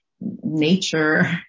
nature